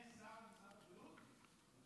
יש שר במשרד הבריאות?